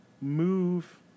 move